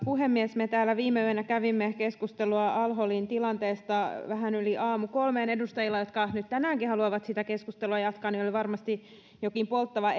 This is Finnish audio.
puhemies me täällä viime yönä kävimme keskustelua al holin tilanteesta vähän yli aamukolmeen edustajilla jotka nyt tänäänkin haluavat sitä keskustelua jatkaa oli varmasti jokin polttava